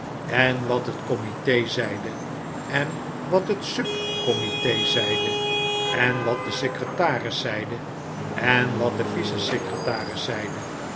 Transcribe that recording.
en wat het commite zeide en wat het sub commite zeide en wat de secretaris zeide en wat de vice secretaris